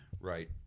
Right